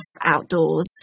outdoors